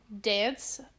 Dance